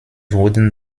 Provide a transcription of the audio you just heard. wurden